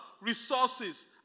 resources